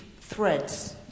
threads